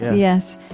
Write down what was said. yes.